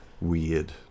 weird